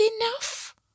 enough